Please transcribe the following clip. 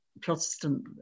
Protestant